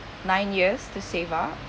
nine years to save up